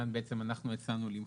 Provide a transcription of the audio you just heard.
כאן הצענו למחוק,